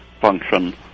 function